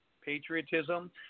patriotism